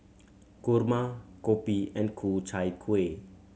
kurma kopi and Ku Chai Kueh